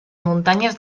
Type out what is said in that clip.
muntanyes